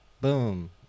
boom